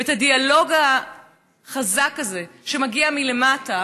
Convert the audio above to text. את הדיאלוג החזק הזה, שמגיע מלמטה,